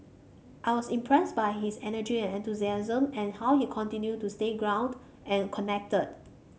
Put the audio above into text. I was impressed by his energy and enthusiasm and how he continued to stay grounded and connected